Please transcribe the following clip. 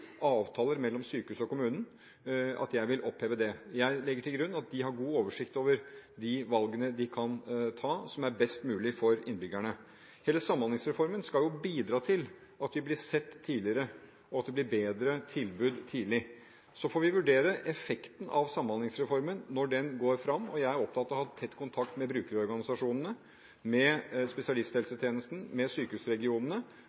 avtaler mellom sykehus og kommunen. Jeg legger til grunn at de har god oversikt over de valgene de kan ta, som er best mulig for innbyggerne. Hele Samhandlingsreformen skal jo bidra til at vi blir sett tidligere, og at det blir bedre tilbud tidlig. Så får vi vurdere effekten av Samhandlingsreformen når den går fram, og jeg er opptatt av å ha tett kontakt med brukerorganisasjonene, med